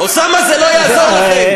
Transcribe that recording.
אוסאמה, זה לא יעזור לכם.